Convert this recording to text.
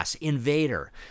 Invader